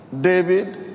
David